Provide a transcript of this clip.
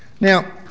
Now